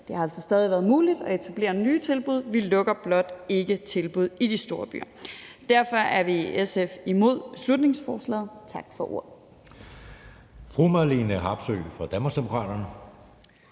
Det har altså stadig været muligt at etablere nye tilbud, men vi lukker blot ikke tilbud i de store byer. Derfor er vi i SF imod beslutningsforslaget. Tak for ordet.